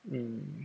mm